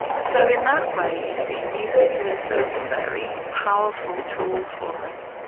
so in that way you see music as a very powerful tool for us.